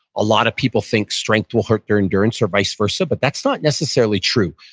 a lot of people think strength will hurt your endurance or vice versa, but that's not necessarily true.